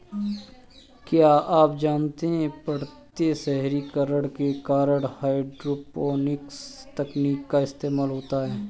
क्या आप जानते है बढ़ते शहरीकरण के कारण हाइड्रोपोनिक्स तकनीक का इस्तेमाल होता है?